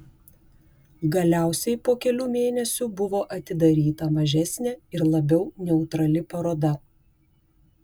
galiausiai po kelių mėnesių buvo atidaryta mažesnė ir labiau neutrali paroda